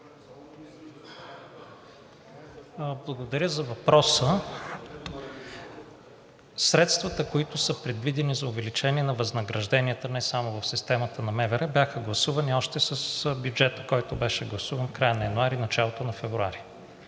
Благодаря за въпроса. Средствата, които са предвидени за увеличение на възнагражденията не само в системата на МВР, бяха гласувани още с бюджета, който беше гласуван в края на януари – началото на февруари.